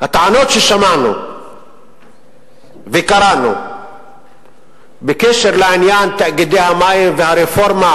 הטענות ששמענו וקראנו בקשר לעניין תאגידי המים והרפורמה